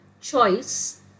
choice